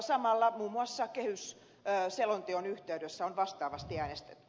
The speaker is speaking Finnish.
samalla myös kehysselonteon yhteydessä on vastaavasti äänestetty